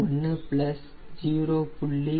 6721 0